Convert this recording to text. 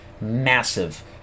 massive